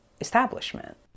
establishment